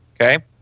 okay